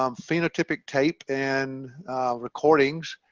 um phenotypic tape and recordings